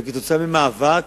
ועקב מאבק